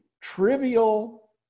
trivial